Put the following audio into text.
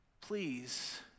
please